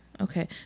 Okay